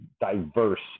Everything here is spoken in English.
diverse